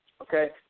Okay